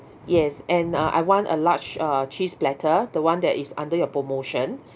yes and uh I want a large uh cheese platter the one that is under your promotion